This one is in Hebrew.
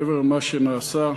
מעבר למה שנעשה,